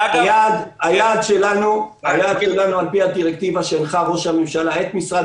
היעד שלנו על פי הדירקטיבה שהנחה ראש הממשלה את משרד